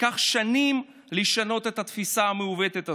לקח שנים לשנות את התפיסה המעוותת הזאת,